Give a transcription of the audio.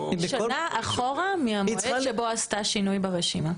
שנה אחורה מהמועד שבו עשתה שינוי ברשימה.